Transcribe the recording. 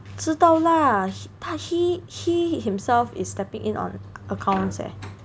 知道 lah 他 he he himself is stepping in on accounts eh